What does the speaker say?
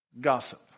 Gossip